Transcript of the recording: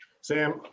sam